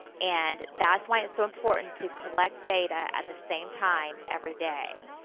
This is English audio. and that's why it's so important to collect data at the same time every day,